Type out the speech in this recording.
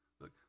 Look